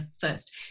first